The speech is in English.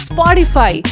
Spotify